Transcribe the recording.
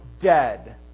dead